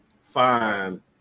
fine